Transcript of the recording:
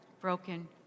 broken